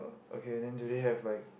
okay then today have like